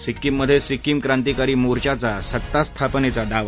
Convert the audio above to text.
सिक्कीम मधे सिक्कीम क्रांतिकारी मोर्चाचा सत्ता स्थापनेचा दावा